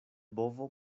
bovo